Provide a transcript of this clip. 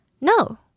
No